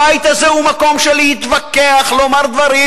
הבית הזה הוא מקום של להתווכח, לומר דברים,